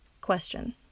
Question